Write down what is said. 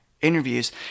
interviews